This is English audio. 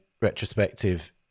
retrospective